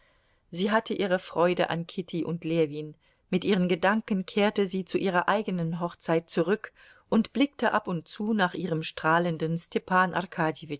sie hatte ihre freude an kitty und ljewin mit ihren gedanken kehrte sie zu ihrer eigenen hochzeit zurück und blickte ab und zu nach ihrem strahlenden stepan